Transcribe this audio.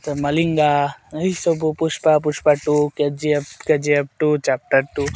ତ ମଲିଙ୍ଗା ଏହି ସବୁ Pushpa Pushpa two KGF KGF two chapter two